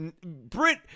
Brit